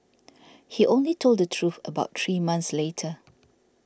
he only told the truth about three months later